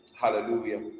hallelujah